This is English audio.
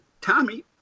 Tommy